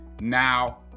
now